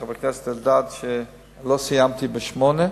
חבר הכנסת אלדד, שלא סיימתי בשמונה.